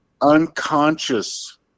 Unconscious